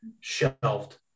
shelved